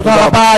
תודה רבה.